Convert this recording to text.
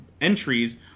entries